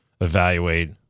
evaluate